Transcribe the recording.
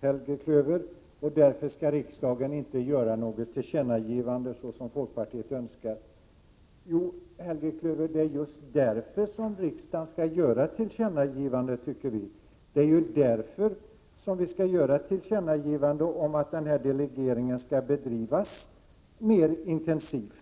Helge Klöver, och menade att riksdagen därför inte skall göra något tillkännagivande, som folkpartiet önskar. Jo, Helge Klöver, det är just därför som riksdagen skall göra ett tillkännagivande om att den här delegeringen skall bedrivas mer intensivt.